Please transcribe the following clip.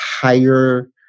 higher